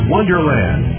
Wonderland